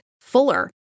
fuller